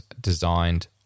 designed